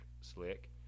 slick